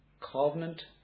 covenant